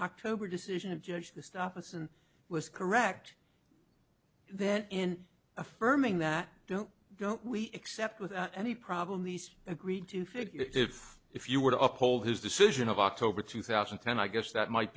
october decision of judge to stop us and was correct that in affirming that don't go we accept without any problem these agreed to figure if if you were to uphold his decision of october two thousand and ten i guess that might